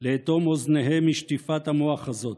לאטום אוזניהם משטיפת המוח הזאת,